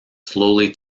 slowly